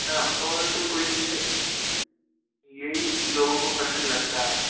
न और तो कुछ नहीं है यही लोगों को कठिन लगता है